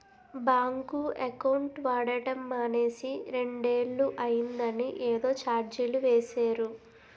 bank account వాడడం మానేసి రెండేళ్ళు అయిందని ఏదో చార్జీలు వేసేరు